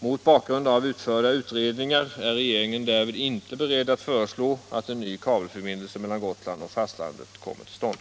Mot bakgrund av utförda utredningar är regeringen därvid inte beredd att föreslå att en ny kabelförbindelse mellan Gotland och fastlandet kommer till stånd.